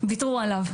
ויתרו עליו,